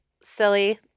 silly